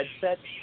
headset